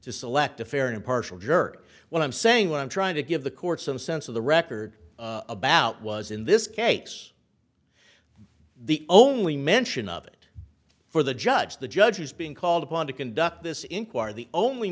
to select a fair and impartial jerk what i'm saying what i'm trying to give the court some sense of the record about was in this case the only mention of it for the judge the judge is being called upon to conduct this inquiry the only